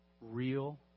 real